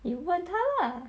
你问他 lah